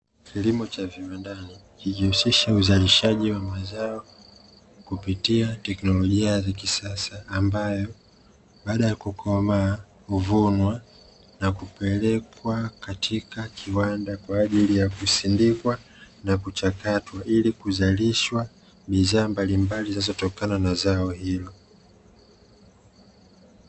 Kilimo cha viwandani kikihusisha uzalishaji wa mazao kupitia teknlojia ya kisasa ambayo baada ya kukomaa, huvunwa na kupelekwa katika kiwanda. Kwa ajili ya kusindikwa na kuchakatwa, ili kuzalishwa bidhaa mbalimbali zinazotokana na zao hilo.